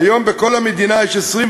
חבר הכנסת אראל